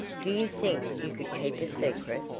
do you think you could keep a secret?